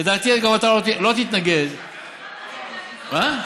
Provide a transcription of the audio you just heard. לדעתי, גם אתה לא תתנגד, אתם ממש, מה?